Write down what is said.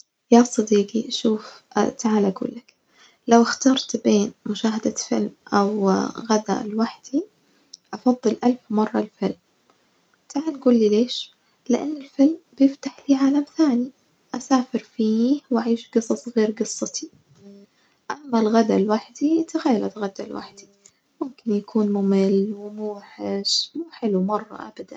يا صديجي شوف، تعالى أجولك لو اخترت بين مشاهدة فيلم أوغدا لوحدي أفضل ألف مرة الفيلم، تعال جولي ليش؟ لإن الفيلم بيفتح لي عالم ثاني أسافر فيه وأعيش جصص غير جصتي، أما الغدا لوحدي تخيل أتغدا لوحدي ممكن يكون ممل وموحش، مو حلو مرة أبداً.